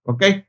Okay